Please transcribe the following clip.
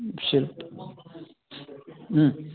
शिल्पम्